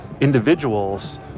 individuals